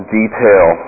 detail